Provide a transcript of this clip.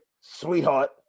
sweetheart